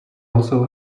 also